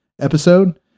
episode